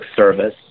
service